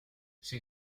she